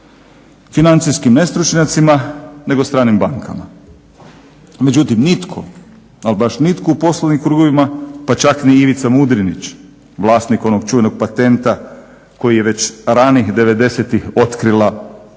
financijskim nestručnjacima nego stranim bankama. Međutim, nitko ali baš nitko u poslovnim krugovima pa čak ni Ivica Mudrinić vlasnik onog čuvenog patenta koji je već ranih '90-ih otkrila ubojito